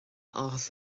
áthas